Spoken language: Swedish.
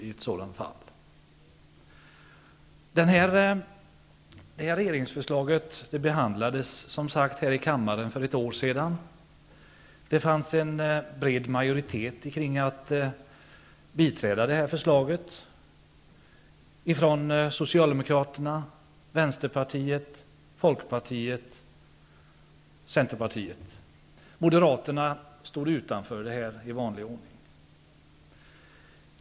Detta regeringsförslag behandlades här i kammaren för ett år sedan. Det fanns en bred majoritet för att biträda förslaget från Socialdemokraterna, Vänsterpartiet, Folkpartiet och Centern. Moderaterna stod utanför detta i vanlig ordning.